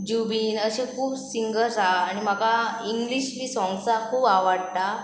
जुबीन अशे खूब सिंगर्स आसा आनी म्हाका इंग्लीश बी सोंग्स खूब आवडटा